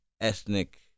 ethnic